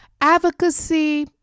advocacy